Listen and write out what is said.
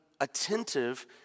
attentive